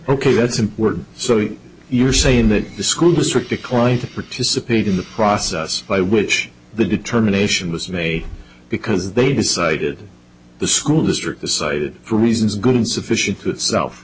ok that's it we're so you're saying that the school district declined to participate in the process by which the determination was made because they decided the school district decided reasons good and sufficient to itself